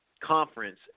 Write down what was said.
conference